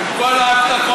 עם כל ההבטחות,